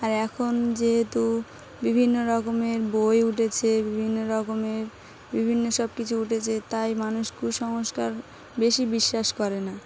আর এখন যেহেতু বিভিন্ন রকমের বই উঠেছে বিভিন্ন রকমের বিভিন্ন সব কিছু উঠেছে তাই মানুষ কুসংস্কার বেশি বিশ্বাস করে না